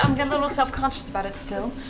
um yeah little self-conscious about it still,